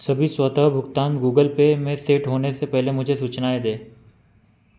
सभी स्वतः भुगतान गूगल पे में सेट होने से पहले मुझे सूचनाएँ दें